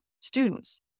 students